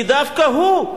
כי דווקא הוא,